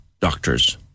doctors